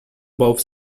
both